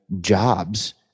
jobs